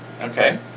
Okay